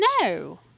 no